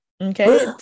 okay